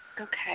Okay